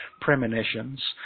premonitions